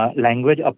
language